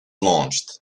launched